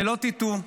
שלא תטעו,